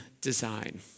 design